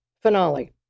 finale